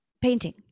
painting